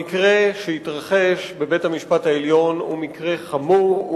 המקרה שהתרחש בבית-המשפט העליון הוא מקרה חמור,